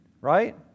right